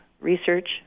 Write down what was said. research